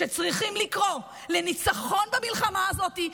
שצריכים לקרוא לניצחון במלחמה הזאת,